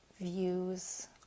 views